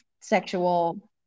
sexual